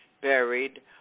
buried